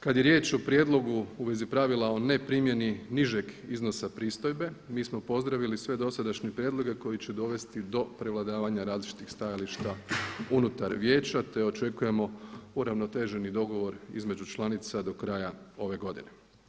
Kad je riječ o prijedlogu u vezi pravila o neprimjeni nižeg iznosa pristojbe mi smo pozdravili sve dosadašnje prijedloge koji će dovesti do prevladavanja različitih stajališta unutar Vijeća, te očekujemo uravnoteženi dogovor između članica do kraja ove godine.